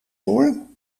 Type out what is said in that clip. voor